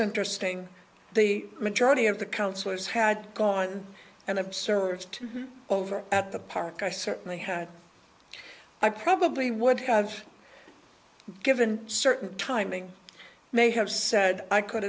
interesting the majority of the counselors had gone and observed over at the park i certainly had i probably would have given certain timing i may have said i could